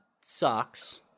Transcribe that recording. socks